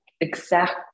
exact